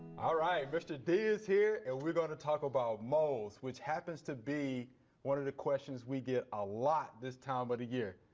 alright, mr. d is here and we're going to talk about moles which happens to be one of the questions we get a lot this time of the year.